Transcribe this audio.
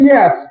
Yes